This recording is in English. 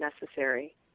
necessary